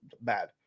bad